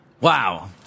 Wow